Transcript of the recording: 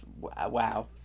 Wow